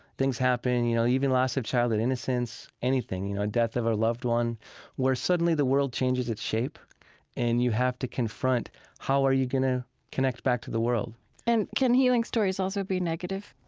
things happen, you know, even loss of childhood innocence, anything, you know, a death of a loved one where suddenly the world changes its shape and you have to confront how are you going to connect back to the world and can healing stories also be negative?